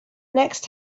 next